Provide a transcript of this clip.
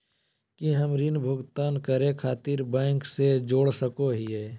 की हम ऋण भुगतान करे खातिर बैंक से जोड़ सको हियै?